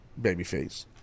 babyface